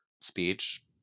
speech